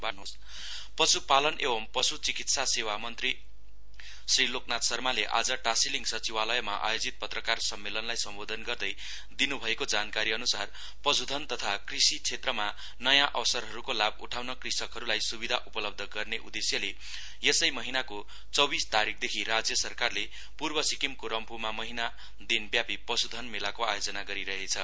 livestock मेला पश्पालन एवं पश् चिकित्सा सेवा विभाग मन्त्री श्री लोकनाथ शर्माले आज टाशीलिङ सचिवालयमा आयोजित पत्रकार सम्मेलनलाई सम्बोधन गर्दै दिनुभएको जानकारीअनुसार पशुधन तथा कृषि क्षेत्रमा नयाँ अवसरहरूको लाभ उठाउन कृषकहरूलाई सुविधा उपलब्ध गर्ने उद्देश्यले यसै महिनाको चौबीस तारिकदेखि राज्य सरकारले पूर्व सिक्किमको रम्फूमा महिना दिनव्यापी पश्धन मेलाको आयोजना गरिरहेछ